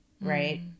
right